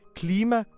klima